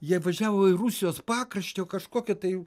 jie įvažiavo į rusijos pakraštį o kažkokią tai